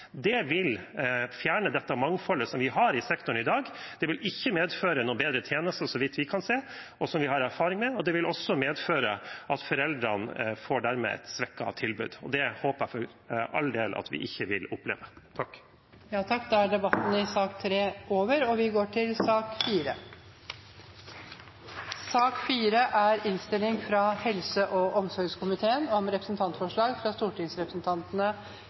Det vil fjerne mangfoldet som vi har i sektoren i dag. Det vil ikke medføre bedre tjenester, så vidt vi kan se, og som vi har erfaring med. Det vil også medføre at foreldrene dermed får et svekket tilbud, og det håper jeg for all del at vi ikke vil oppleve. Flere har ikke bedt om ordet til sak nr. 3. Etter ønske fra helse- og omsorgskomiteen vil presidenten ordne debatten slik: 3 minutter til hver partigruppe og